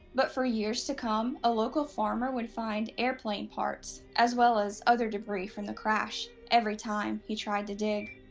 but for years to come, a local farmer would find airplane parts as well as other debris from the crash every time he tried to dig.